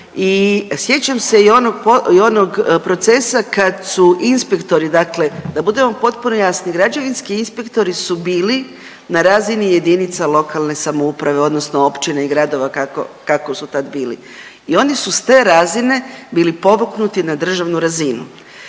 i sjećam se i onog procesa kad su inspektori dakle da budemo potpuno jasni, građevinski inspektori su bili na razini jedinica lokalne samouprave odnosno općina i gradova kako su tad bili i oni su s te razine bili povuknuti na državnu razinu.